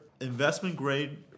investment-grade